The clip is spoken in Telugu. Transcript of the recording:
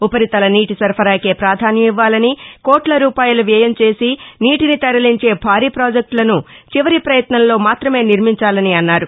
ఉపరితల నీటి సరఫరాకే పాధాన్వం ఇవ్వాలని కోట్ల రూపాయల వ్యయం చేసి నీటిని తరలించే భారీ పాజెక్షులను చివరి ప్రయత్నంలో మాత్రమే నిర్మించాలని అన్నారు